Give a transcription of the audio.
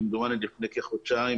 כמדומני לפני כחודשיים,